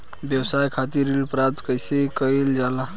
व्यवसाय खातिर ऋण प्राप्त कइसे कइल जाला?